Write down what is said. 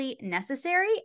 necessary